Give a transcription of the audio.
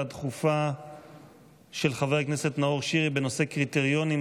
הדחופה של חבר הכנסת נאור שירי בנושא קריטריונים,